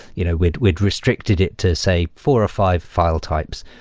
you know we'd we'd restricted it to say four or five file types.